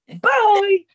Bye